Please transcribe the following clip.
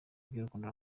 iby’urukundo